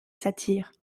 satire